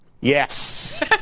Yes